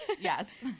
yes